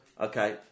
Okay